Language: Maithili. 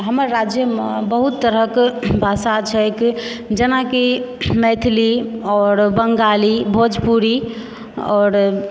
हमर राज्यमे बहुत तरहक भाषा छैक जेना कि मैथिली आओर बङ्गाली भोजपुरी आओर